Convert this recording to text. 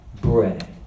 bread